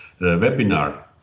webinar